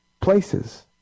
places